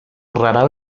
rara